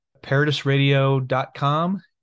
Paradisradio.com